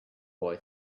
boy